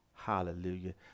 Hallelujah